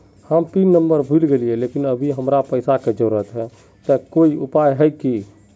हम pin number भूल गेलिये लेकिन अभी हमरा पैसा के जरुरत है ते कोई उपाय है की?